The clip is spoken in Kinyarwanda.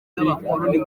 n’abakoloni